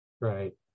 Right